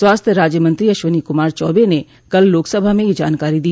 स्वास्थ्य राज्य मंत्री अश्विनी कमार चौबे ने कल लोकसभा में यह जानकारी दी